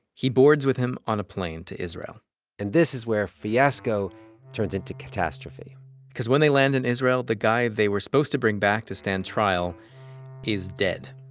he boards with him on a plane to israel and this is where fiasco turns into catastrophe because when they land in israel, the guy they were supposed to bring back to stand trial is dead.